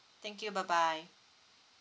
thank you bye bye